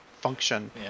function